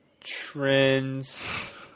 trends